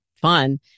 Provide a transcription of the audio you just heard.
fun